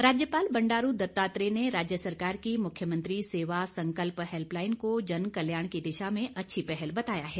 राज्यपाल राज्यपाल बंडारू दत्तात्रेय ने राज्य सरकार की मुख्यमंत्री सेवा संकल्प हैल्पलाईन को जनकल्याण की दिशा में अच्छी पहल बताया है